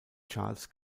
charles